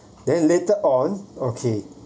then later on okay